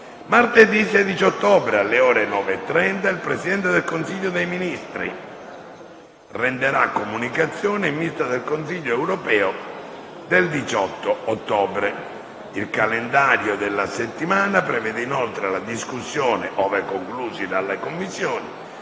Martedì 16 ottobre, alle ore 9,30, il Presidente del Consiglio dei ministri renderà comunicazioni in vista del Consiglio europeo del 18 ottobre. Il calendario della settimana prevede inoltre la discussione, ove conclusi dalle Commissioni,